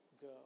go